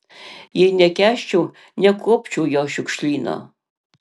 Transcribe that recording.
jei nekęsčiau nekuopčiau jo šiukšlyno